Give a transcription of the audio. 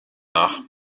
nach